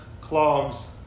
clogs